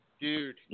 Dude